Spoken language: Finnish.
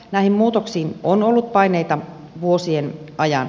näihin muutoksiin on ollut paineita vuosien ajan